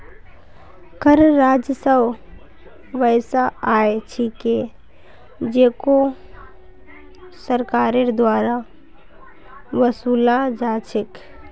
कर राजस्व वैसा आय छिके जेको सरकारेर द्वारा वसूला जा छेक